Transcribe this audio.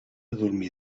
dormir